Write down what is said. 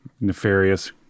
nefarious